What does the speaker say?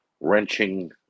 wrenching